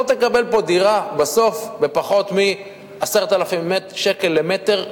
לא תקבל פה דירה בסוף בפחות מ-10,000 שקל למטר,